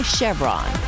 Chevron